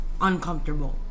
uncomfortable